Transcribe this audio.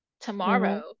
tomorrow